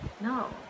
no